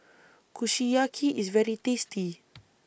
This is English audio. Kushiyaki IS very tasty